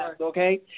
okay